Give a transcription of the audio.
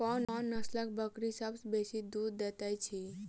कोन नसलक बकरी सबसँ बेसी दूध देइत अछि?